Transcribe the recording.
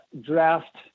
draft